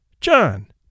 John